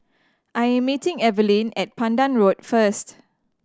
I'm meeting Evelyne at Pandan Road first